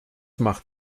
macht